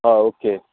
हय ओके